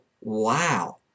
wow